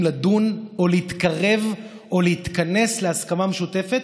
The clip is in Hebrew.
לדון או להתקרב או להתכנס להסכמה משותפת,